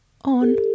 on